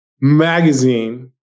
magazine